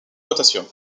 potassium